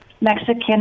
Mexican